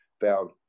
found